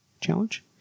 Challenge